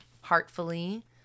heartfully